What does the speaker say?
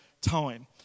time